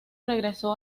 regresó